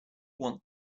want